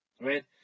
Right